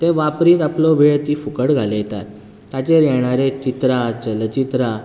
ते वापरीत आपलो वेळ तीं फुकट घालयता ताचेर येणारें चित्रां चलचित्रां